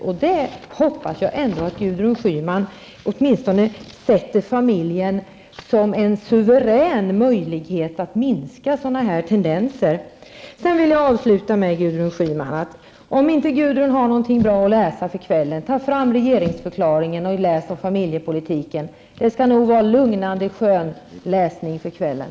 Och jag hoppas att Gudrun Schyman anser att familjen åtminstone innebär en suverän möjlighet att minska sådana tendenser. Jag vill avslutningsvis säga till Gudrun Schyman att om hon inte har något bra att läsa i kväll, kan hon ta fram regeringsförklaringen och läsa om familjepolitiken. Det skall nog vara lugnande och skönläsning för kvällen.